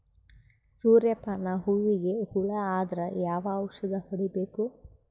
ಸೂರ್ಯ ಪಾನ ಹೂವಿಗೆ ಹುಳ ಆದ್ರ ಯಾವ ಔಷದ ಹೊಡಿಬೇಕು?